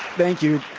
thank you.